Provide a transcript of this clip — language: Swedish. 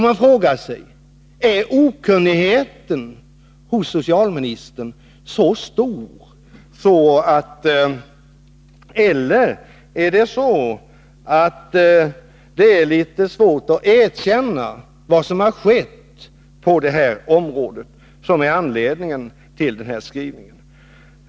Man frågar sig om okunnigheten hos socialministern är så stor, eller om det är det att det är litet svårt att erkänna vad som har skett på detta område som är anledningen till denna skrivning.